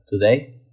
today